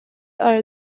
are